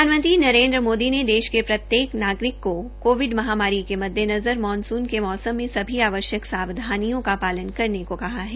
प्रधानमंत्री नरेन्द्र मोदी ने देश के प्रत्येक नागरिक को कोविड महामारी के मददेनजर मानसुन के मौसम में सभी आवश्यक सावधानियों का पालन करने को कहा है